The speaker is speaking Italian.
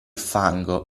fango